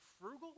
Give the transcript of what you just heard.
frugal